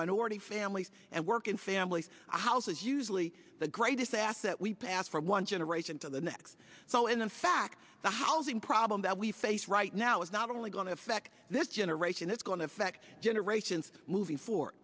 minority families and working families houses usually the greatest that we pass from one generation to the next so in the fact the housing problem that we face right now is not only going to affect this generation it's going to affect generations movie for